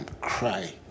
cry